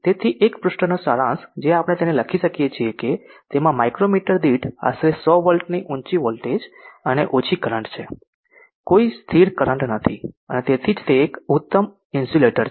તેથી એક પૃષ્ઠનો સારાંશ જે આપણે તેને લખી શકીએ છીએ કે તેમાં માઇક્રો મીટર દીઠ આશરે 100 વોલ્ટની ઊંચી વોલ્ટેજ અને ઓછી કરંટ છે કોઈ સ્થિર કરંટ નથી અને તેથી જ તે એક ઉત્તમ ઇન્સ્યુલેટર છે